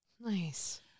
Nice